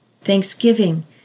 thanksgiving